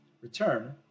return